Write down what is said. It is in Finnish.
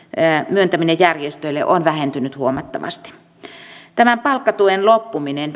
myöntäminen järjestöille on vähentynyt huomattavasti tämän palkkatuen loppuminen